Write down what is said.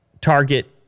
target